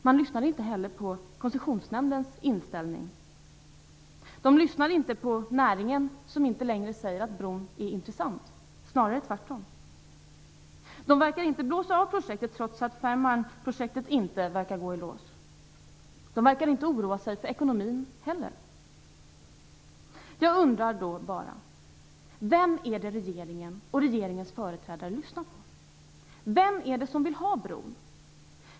Man lyssnar inte heller på Koncessionsnämndens inställning. De lyssnar inte på näringen, som inte längre säger att bron är intressant - snarare tvärtom. De verkar inte blåsa av projektet, trots att Fehmarnprojektet inte verkar gå i lås. De verkar inte oroa sig för ekonomin heller. Jag undrar bara: Vem är det regeringen och regeringens företrädare lyssnar på? Vem är det som vill ha bron?